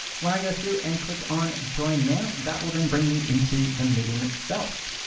when i go through and click on join now, that will then bring me into the meeting itself.